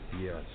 Yes